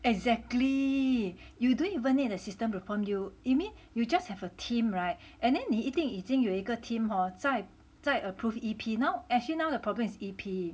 exactly you don't even need the system to prompt you you mean you just have a team [right] and then 你一定已经有一个 team hor 在在 approve E_P now actually now the problem is E_P